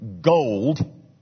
gold